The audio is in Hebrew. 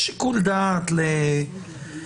יש שיקול דעת לשוטר,